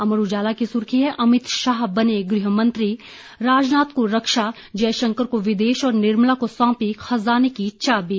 अमर उजाला की सुर्खी है अमित शाह बने गहमंत्री राजनाथ को रक्षा जयशंकर को विदेश और निर्मला को सौंपी खजाने की चाबी